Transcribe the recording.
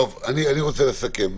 טוב, אני רוצה לסכם.